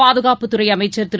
பாதுகாப்புத்துறை அமைச்சர் திரு